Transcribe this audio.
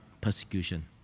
persecution